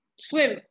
swim